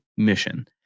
mission